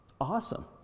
awesome